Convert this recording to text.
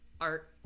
art